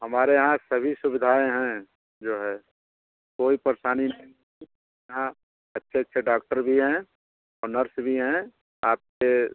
हमारे यहाँ सभी सुविधाऍं हैं जो है कोई परेशानी यहाँ अच्छे अच्छे डाक्टर डाक्टर भी हैं और नर्स भी हैं आपके